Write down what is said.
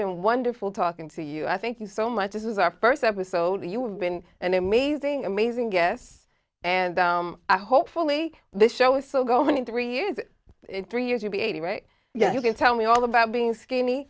been wonderful talking to you i thank you so much this is our first episode you have been an amazing amazing guests and i hopefully this show is so going into three years three years you'll be eighty right yeah you can tell me all about being skinny